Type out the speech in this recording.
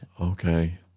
Okay